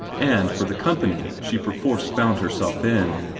and for the company she perforce found herself in.